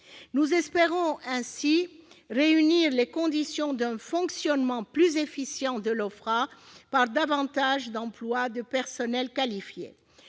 Nous espérons ainsi réunir les conditions d'un fonctionnement plus efficient de l'OFPRA, par davantage d'emplois de personnels qualifiés.